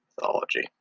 mythology